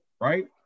right